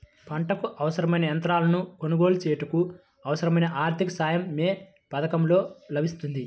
పంటకు అవసరమైన యంత్రాలను కొనగోలు చేయుటకు, అవసరమైన ఆర్థిక సాయం యే పథకంలో లభిస్తుంది?